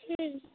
কী